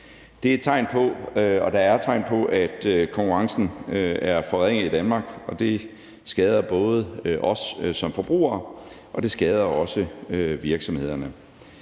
og der er tegn på, at konkurrencen er forringet i Danmark, og det skader både os som forbrugere, og det skader også virksomhederne.